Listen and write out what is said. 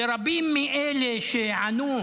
ורבים מאלה שענו,